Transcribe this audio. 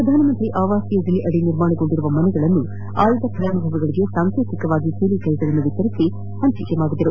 ಪ್ರಧಾನ ಮಂತ್ರಿ ಆವಾಸ್ ಯೋಜನೆಯಡಿ ನಿರ್ಮಾಣಗೊಂಡಿರುವ ಮನೆಗಳನ್ನು ಆಯ್ಲ ಫಲಾನುಭವಿಗಳಿಗೆ ಸಾಂಕೇತಿಕವಾಗಿ ಕೇಲಿ ಕೈಗಳನ್ನು ವಿತರಿಸಿದರು